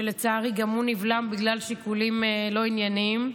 ולצערי גם הוא נבלם בגלל שיקולים לא ענייניים.